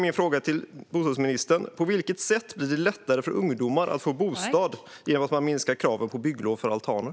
Min fråga till bostadsministern är därför: På vilket sätt blir det lättare för ungdomar att få bostad genom att man minskar kravet på bygglov för altaner?